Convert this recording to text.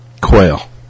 Quail